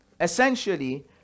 essentially